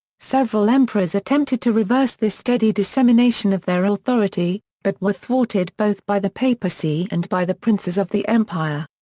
several emperors attempted to reverse this steady dissemination of their authority, but were thwarted both by the papacy and by the princes of the empire.